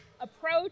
approach